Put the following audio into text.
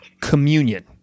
communion